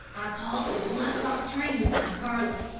i caught the one o'clock train to monte carlo.